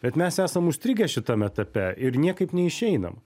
bet mes esam užstrigę šitam etape ir niekaip neišeinam